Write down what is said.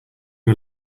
you